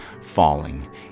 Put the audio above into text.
falling